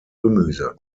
gemüse